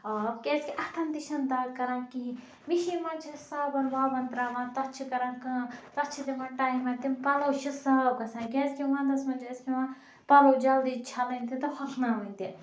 آب کیازکہِ اَتھَن تہِ چھَنہٕ دَگ کَران کِہیٖنۍ مِشیٖن مَنٛز چھِ أسۍ صابَن وابَن تراوان تَتھ چھِ کران کٲم تَتھ چھِ دِوان ٹایمَر تِم پَلَو چھِ صاف گَژھان کیازکہِ وَندَس مَنٛز چھِ اَسہِ پیٚوان پَلَو جَلدی چھَلٕنۍ تہِ تہٕ ہۄکھناوٕنۍ تہِ